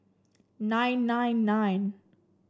nine nine nine